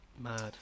Mad